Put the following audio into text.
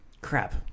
Crap